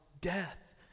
death